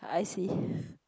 I see